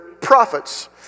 prophets